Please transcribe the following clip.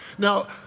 Now